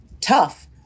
tough